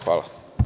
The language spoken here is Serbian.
Hvala.